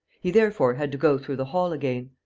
he, therefore, had to go through the hall again.